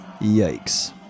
Yikes